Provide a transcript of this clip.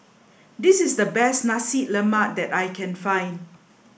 this is the best Nasi Lemak that I can find